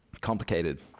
Complicated